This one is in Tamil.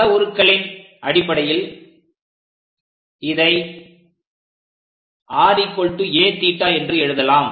அளவுருக்களின் அடிப்படையில் இதை raθ என்று எழுதலாம்